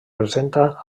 presenta